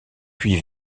puis